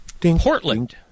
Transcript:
portland